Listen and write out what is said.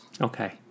Okay